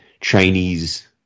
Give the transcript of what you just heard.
Chinese